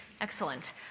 Excellent